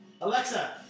Alexa